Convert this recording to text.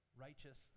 righteous